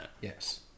Yes